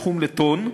סכום לטוֹנה,